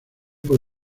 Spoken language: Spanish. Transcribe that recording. por